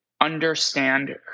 understand